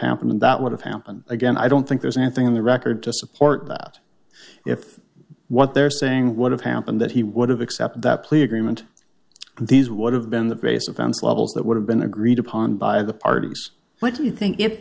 happened that would have happened again i don't think there's anything in the record to support that if what they're saying would have happened that he would have accepted that plea agreement these would have been the base offense levels that would have been agreed upon by the parties what do you think if